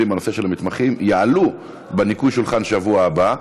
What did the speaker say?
בנושא של המתמחים יעלו בניקוי שולחן בשבוע הבא,